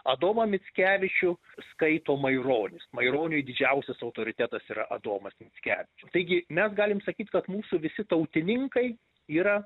adomą mickevičių skaito maironis maironiui didžiausias autoritetas yra adomas mickevičius taigi mes galim sakyt kad mūsų visi tautininkai yra